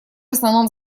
основном